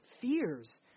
fears